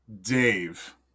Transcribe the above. Dave